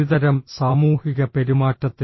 ഒരുതരം സാമൂഹിക പെരുമാറ്റത്തിൽ